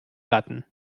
ratten